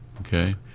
Okay